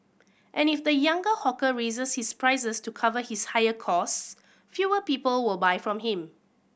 and if the younger hawker raises his prices to cover his higher costs fewer people will buy from him